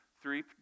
three